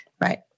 Right